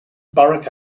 borough